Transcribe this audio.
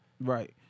Right